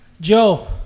joe